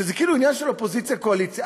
שזה כאילו עניין של אופוזיציה קואליציה.